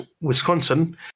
Wisconsin